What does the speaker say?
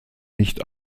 nicht